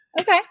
okay